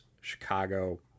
Chicago